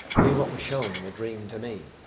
hear what was shown in a dream to me.